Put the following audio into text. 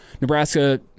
Nebraska